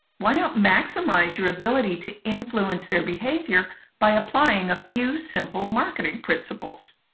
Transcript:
why not maximize your ability to influence their behavior by applying a few simple marketing principles?